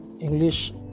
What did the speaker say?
english